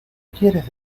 quieres